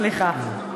סליחה.